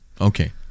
Okay